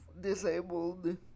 disabled